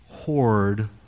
Horde